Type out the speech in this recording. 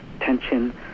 tension